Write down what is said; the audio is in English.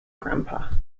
grampa